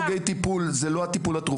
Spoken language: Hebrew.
יש לנו ארבע סוגי טיפול, זה לא הטיפול התרופתי.